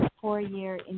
four-year